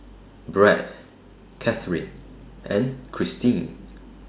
Brad Katharyn and Cristin